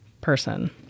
person